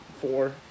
four